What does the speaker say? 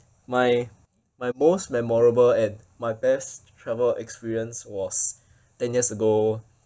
my my most memorable and my best travel experience was ten years ago